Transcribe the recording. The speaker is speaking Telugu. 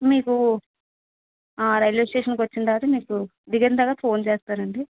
మీకు రైల్వే స్టేషన్కి వచ్చిన తర్వాత మీకు దిగిన తర్వాత ఫోన్ చేస్తాను అండి